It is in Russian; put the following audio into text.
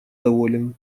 доволен